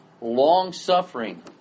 long-suffering